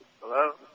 Hello